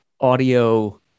audio